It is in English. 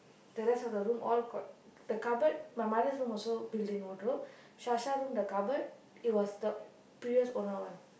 the rest of the room all got the cupboard my mother's room also built in wardrobe Sasha room the cupboard it was the previous owner one